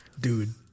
Dude